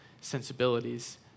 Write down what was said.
sensibilities